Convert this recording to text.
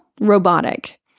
robotic